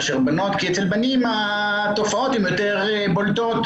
כי אצל בנים התופעות יותר בולטות